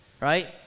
right